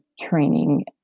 training